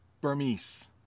Burmese